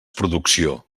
producció